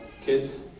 kids